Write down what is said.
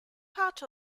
part